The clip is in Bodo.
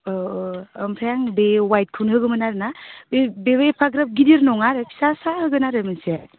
औ औ ओमफ्राय आङो बे वाइटखौनो होगौमोन आरोना बेबो एफाग्राब गिदिर नङा आरो फिसासा होगोन आरो मोनसे